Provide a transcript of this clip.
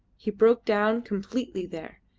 he broke down completely there,